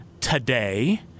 today